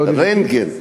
רנטגן.